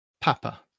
Papa